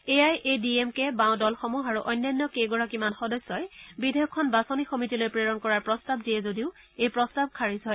A I A D M K বাও দলসমূহ আৰু অন্যান্য কেইগৰাকীমান সদস্যই বিধেয়কখন বাচনি সমিতিলৈ প্ৰেৰণ কৰাৰ প্ৰস্তাৱ দিয়ে যদিও এই প্ৰস্তাৱ খাৰিজ হয়